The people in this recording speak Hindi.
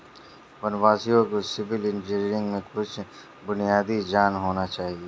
वनवासियों को सिविल इंजीनियरिंग में कुछ बुनियादी ज्ञान होना चाहिए